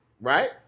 right